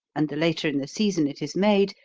and the later in the season it is made,